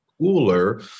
cooler